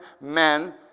men